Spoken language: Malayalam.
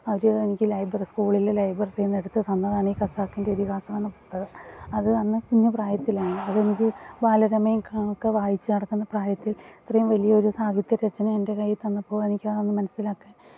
അവർ എനിക്ക് ലൈബ്രറി സ്കൂളിലെ ലൈബ്രറിയിൽ നിന്നെടുത്ത് തന്നതാണ് ഈ ഖസാക്കിന്റെ ഇതിഹാസം എന്ന പുസ്തകം അത് അന്ന് കുഞ്ഞു പ്രായത്തിലാണ് അതെനിക്ക് ബാലരമയും വായിച്ച് നടക്കുന്ന പ്രായത്തില് ഇത്രയും വലിയൊരു സാഹിത്യരചന എന്റെ കയ്യിൽ തന്നപ്പോൾ എനിക്കതൊന്നും മനസ്സിലാക്കാന്